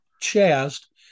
chest